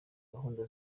gahunda